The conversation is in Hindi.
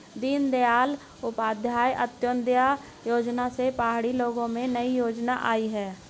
दीनदयाल उपाध्याय अंत्योदय योजना से पहाड़ी लोगों में नई ऊर्जा आई है